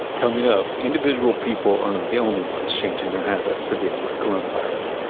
coming up, individual people are not the only ones changing their habits to deal with coronavirus.